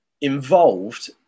involved